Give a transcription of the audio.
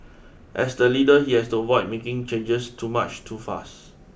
as the leader he has to avoid making changes too much too fast